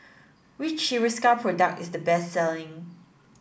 which Hiruscar product is the best selling